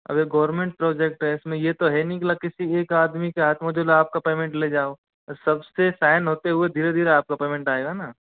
अगर government project है इसमें ये तो है नहीं कि मतलब किसी एक आदमी के हाथ में जो न आपका पेमेंट ले जाओ सबसे साइन होते हुए धीरे धीरे आपका पेमेंट आएगा न